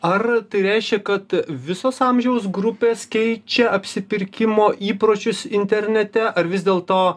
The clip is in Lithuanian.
ar tai reiškia kad visos amžiaus grupės keičia apsipirkimo įpročius internete ar vis dėl to